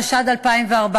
התשע"ד 2014,